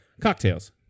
cocktails